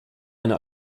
eine